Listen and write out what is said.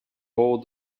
hold